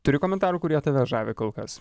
turi komentarų kurie tave žavi kol kas